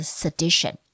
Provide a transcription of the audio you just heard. sedition